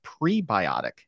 prebiotic